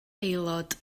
aelod